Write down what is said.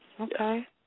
Okay